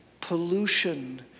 Pollution